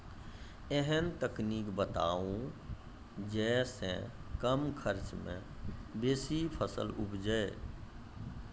ऐहन तकनीक बताऊ जै सऽ कम खर्च मे बेसी फसल उपजे?